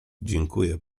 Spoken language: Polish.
dziękuję